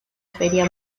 feria